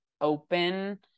open